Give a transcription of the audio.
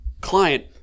client